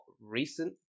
recent